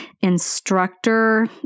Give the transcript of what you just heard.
instructor